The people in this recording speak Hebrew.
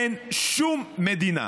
אין שום מדינה